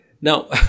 Now